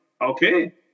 okay